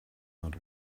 not